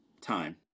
time